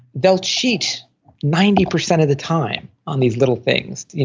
they'll cheat ninety percent of the time on these little things.